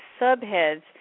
subheads